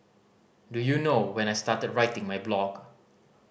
do you know when I started writing my blog